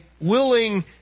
willing